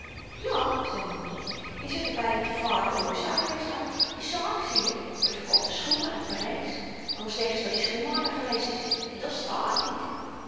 ja zei de moeder en zet er by dat je vader ook n zaak heeft gehad n zaak zieje we verkochten schoenen uit parys anders denken ze dat-i schoenmaker geweest is en dat stààt niet